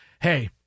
hey